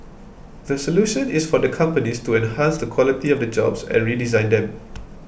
the solution is for the companies to enhance the quality of the jobs and redesign them